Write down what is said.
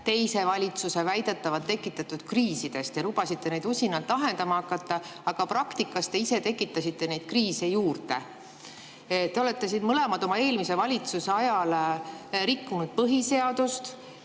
teise valitsuse väidetavalt tekitatud kriisidest ja lubasite neid usinalt lahendama hakata. Aga praktikas te tekitasite ise neid kriise juurde. Te olete mõlema oma eelmise valitsuse ajal rikkunud põhiseadust,